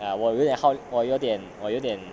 ya 我有点 how 我点我有点